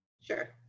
Sure